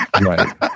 right